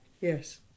Yes